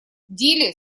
дили